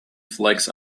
flags